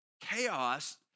chaos